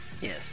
Yes